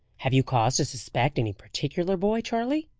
have you cause to suspect any particular boy, charley?